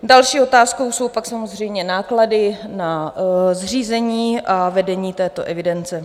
Další otázkou jsou pak samozřejmě náklady na zřízení a vedení této evidence.